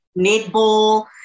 netball